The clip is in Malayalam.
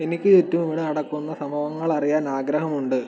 എനിക്ക് ചുറ്റും ഇവിടെ നടക്കുന്ന സംഭവങ്ങൾ അറിയാൻ ആഗ്രഹമുണ്ട്